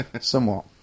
somewhat